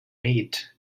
meet